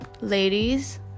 ladies